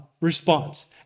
response